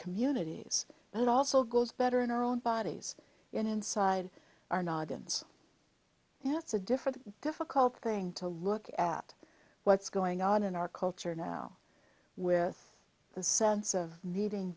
communities but it also goes better in our own bodies and inside our noggins that's a different difficult thing to look at what's going on in our culture now with the sense of needing